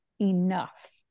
enough